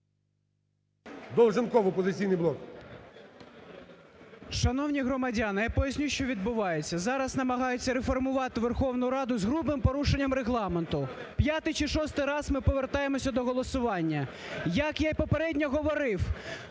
Долженков. 11:07:59 ДОЛЖЕНКОВ О.В. Шановні громадяни, я поясню, що відбувається: зараз намагаються реформувати Верховну Раду з грубим порушенням Регламенту – п'ятий чи шостий раз ми повертаємося до голосування. Як я й попередньо говорив,